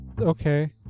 okay